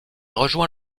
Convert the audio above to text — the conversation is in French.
rejoint